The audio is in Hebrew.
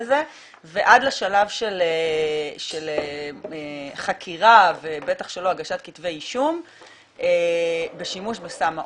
ועד לשלב של חקירה ובטח שלא הגשת כתבי אישום בשימוש בסם האונס.